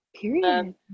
period